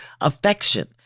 affection